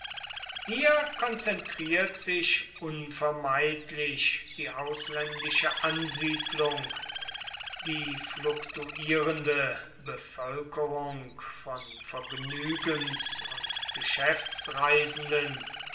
hier konzentriert sich unvermeidlich die ausländische ansiedlung die fluktuierende bevölkerung von vergnügens und geschäftsreisenden